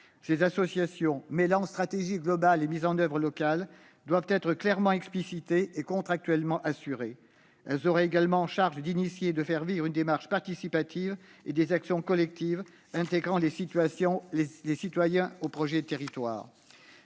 Ces associations, mêlant stratégie globale et mise en oeuvre locale, doivent être clairement explicitées et contractuellement assurées. Elles seront également chargées de lancer et de faire vivre une démarche participative et des actions collectives, intégrant les citoyens aux projets de territoire.